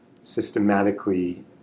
systematically